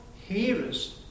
hearers